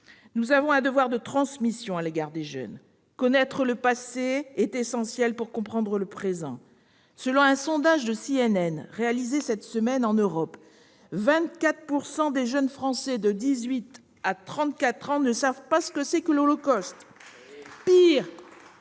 Nous avons un devoir de transmission à l'égard des jeunes. Connaître le passé est essentiel pour comprendre le présent. Pourtant, selon un sondage de CNN réalisé cette semaine en Europe, 24 % des jeunes Français de 18 à 34 ans ne savent pas ce qu'est l'Holocauste !